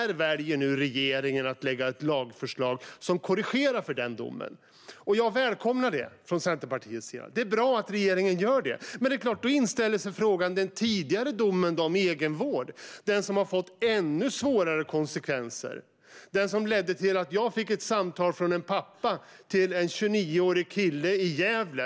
Regeringen väljer nu att lägga fram ett lagförslag som korrigerar i fråga om den domen. Från Centerpartiets sida välkomnar jag det - det är bra att regeringen gör detta. Men då inställer sig frågan om en tidigare dom om egenvård, som har fått ännu svårare konsekvenser. Den ledde till att jag fick ett samtal från en pappa till en 29-årig kille i Gävle.